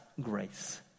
grace